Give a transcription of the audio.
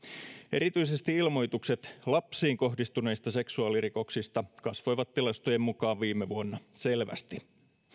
erityisesti ilmoitukset lapsiin kohdistuneista seksuaalirikoksista kasvoivat tilastojen mukaan viime vuonna selvästi